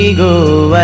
who